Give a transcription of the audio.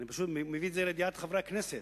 אני פשוט מביא את זה לידיעת חברי הכנסת,